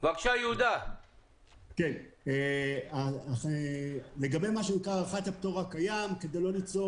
שיהיו בקידום חקיקה, והזמן, ועל מנת ליצור